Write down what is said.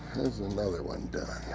there's another one done.